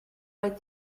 with